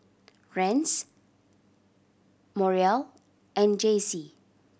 Rance Muriel and Jacey